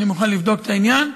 אני מוכן לבדוק את העניין.